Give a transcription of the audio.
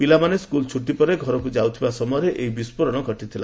ପିଲାମାନେ ସ୍କୁଲ ଛୁଟି ପରେ ଘରକୁ ଯାଉଥିବା ସମୟରେ ଏହି ବିସ୍ଫୋରଣ ଘଟିଥିଲା